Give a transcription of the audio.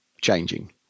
changing